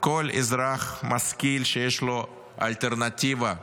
כל אזרח משכיל שיש לו אלטרנטיבה,